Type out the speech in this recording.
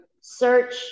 search